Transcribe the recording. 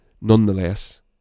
nonetheless